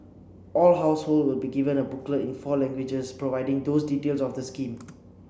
all households will be given a booklet in four languages providing those the details of the scheme